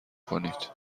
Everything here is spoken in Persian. کنید